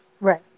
Right